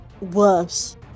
worse